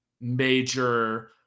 major